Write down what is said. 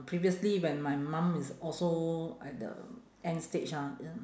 previously when my mum is also at the end stage ah